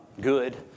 good